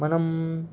మనం